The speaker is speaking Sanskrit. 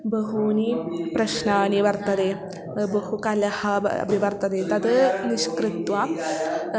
बहूनि प्रश्नानि वर्तन्ते बहु कलहः अपि वर्तते तत् निष्कृत्य